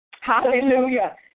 Hallelujah